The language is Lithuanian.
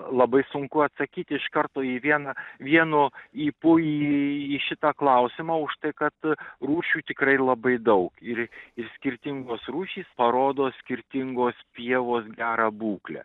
labai sunku atsakyti iš karto į vieną vienu ypu į į šitą klausimą už tai kad rūšių tikrai labai daug ir skirtingos rūšys parodo skirtingos pievos gerą būklę